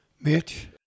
Mitch